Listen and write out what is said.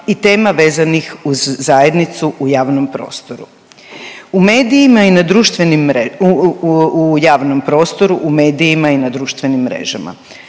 i tema vezanih uz zajednicu u javnom prostoru, u medijima i na društvenim,